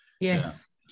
yes